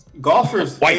Golfers